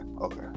okay